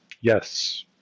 Yes